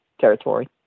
territory